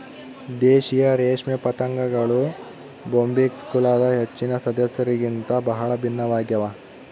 ದೇಶೀಯ ರೇಷ್ಮೆ ಪತಂಗಗಳು ಬೊಂಬಿಕ್ಸ್ ಕುಲದ ಹೆಚ್ಚಿನ ಸದಸ್ಯರಿಗಿಂತ ಬಹಳ ಭಿನ್ನವಾಗ್ಯವ